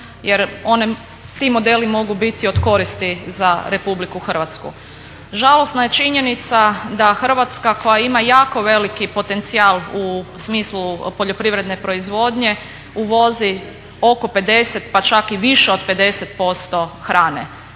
jer ti modeli mogu biti od koristi za Republiku Hrvatsku. Žalosna je činjenica da Hrvatska koja ima jako veliki potencijal u smislu poljoprivredne proizvodnje uvozi oko 50, pa čak i više od 50% hrane.